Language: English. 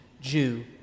Jew